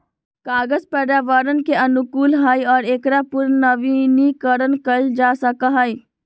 कागज पर्यावरण के अनुकूल हई और एकरा पुनर्नवीनीकरण कइल जा सका हई